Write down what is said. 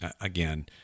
again –